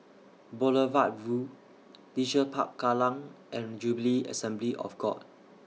Boulevard Vue Leisure Park Kallang and Jubilee Assembly of God